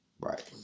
Right